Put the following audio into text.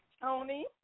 Tony